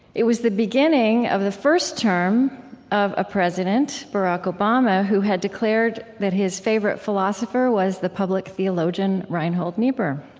it was the beginning of the first term of a president, barack obama, who had declared that his favorite philosopher was the public theologian reinhold niebuhr.